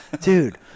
Dude